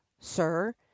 sir